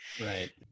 Right